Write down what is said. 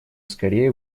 скорее